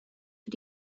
für